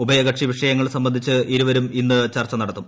ഉഭയകക്ഷി വിഷയങ്ങൾ സംബന്ധിച്ച് ഇരുവരും ഇന്ന് ചർച്ച നടത്തും